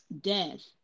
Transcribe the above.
death